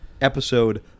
episode